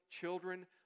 children